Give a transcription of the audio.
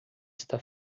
está